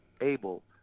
able